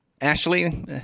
Ashley